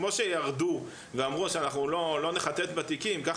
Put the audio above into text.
כמו שירדו ואמרו שאנחנו לא נחטט בתיקים כך